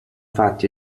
fatti